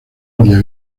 india